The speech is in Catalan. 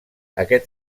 aquest